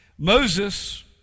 Moses